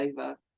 over